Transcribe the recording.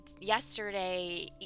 yesterday